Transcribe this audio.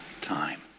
time